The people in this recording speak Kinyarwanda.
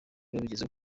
babigezeho